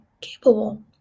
capable